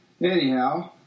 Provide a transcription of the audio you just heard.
Anyhow